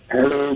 Hello